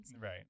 Right